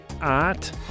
art